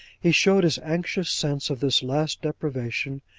he showed his anxious sense of this last deprivation,